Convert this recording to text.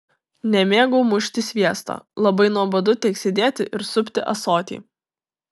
nemėgau mušti sviesto labai nuobodu tik sėdėti ir supti ąsotį